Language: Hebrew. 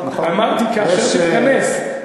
אין ועדת חוץ וביטחון.